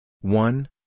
One